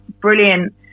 brilliant –